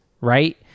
Right